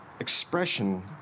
expression